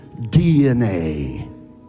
DNA